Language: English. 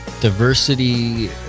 Diversity